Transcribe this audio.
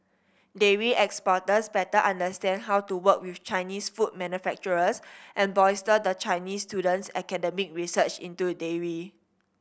dairy exporters better understand how to work with Chinese food manufacturers and bolster the Chinese student's academic research into dairy